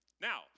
Now